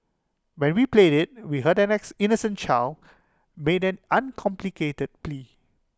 and when we played IT we heard an innocent child made an uncomplicated plea